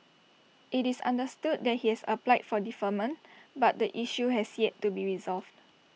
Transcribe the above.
IT is understood that he has applied for deferment but the issue has yet to be resolved